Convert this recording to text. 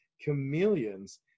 chameleons